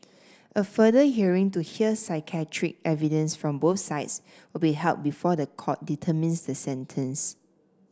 a further hearing to hear psychiatric evidence from both sides will be held before the court determines the sentence